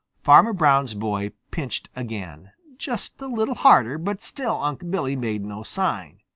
farmer brown's boy pinched again, just a little harder, but still unc' billy made no sign.